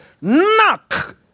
Knock